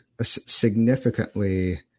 significantly